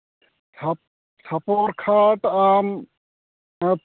ᱪᱷᱟᱯ ᱪᱷᱟᱯᱚᱨ ᱠᱷᱟᱴ ᱟᱢ